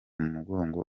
mugongo